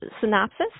synopsis